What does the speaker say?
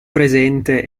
presente